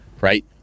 right